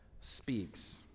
speaks